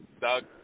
Doug